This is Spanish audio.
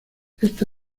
esta